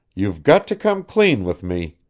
you've got to come clean with me.